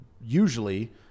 usually